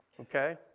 okay